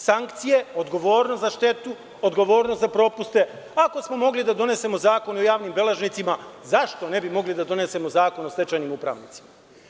Sankcije, odgovornost za štetu, odgovornost za propuste, pa ako smo mogli da donesemo Zakon o javnim beležnicima, zašto ne bi mogli da donesemo zakon o stečajnim upravnicima.